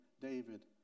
David